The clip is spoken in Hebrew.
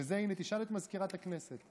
הינה, תשאל את מזכירת הכנסת.